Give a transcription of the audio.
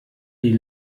die